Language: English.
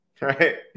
right